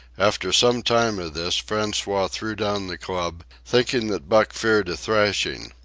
after some time of this, francois threw down the club, thinking that buck feared a thrashing.